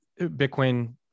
Bitcoin